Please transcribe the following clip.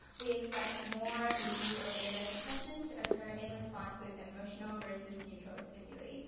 we expect more mu or beta suppression to occur in response with emotional versus neutral stimuli.